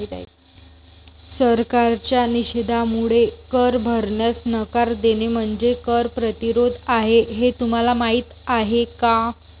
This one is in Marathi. सरकारच्या निषेधामुळे कर भरण्यास नकार देणे म्हणजे कर प्रतिरोध आहे हे तुम्हाला माहीत आहे का